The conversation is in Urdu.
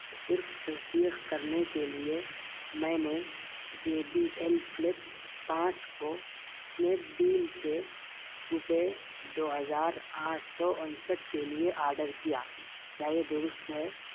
صرف تصدیخ کرنے کے لیے میں نے جے بی ایل فلپ پانچ کو اسنیپ ڈیل سے روپئے دو ہزار آٹھ سو انسٹھ کے لیے آڈر کیا کیا یہ درست ہے